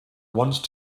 once